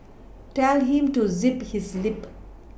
tell him to zip his lip